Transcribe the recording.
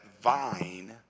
vine